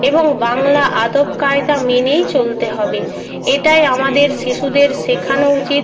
এবং বাংলা আদব কায়দা মেনেই চলতে হবে এটাই আমাদের শিশুদের শেখানো উচিত